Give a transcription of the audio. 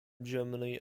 germany